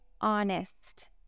honest